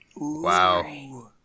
Wow